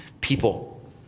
people